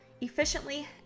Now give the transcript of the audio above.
efficiently